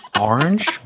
orange